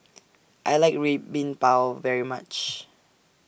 I like Red Bean Bao very much